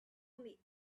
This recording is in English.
only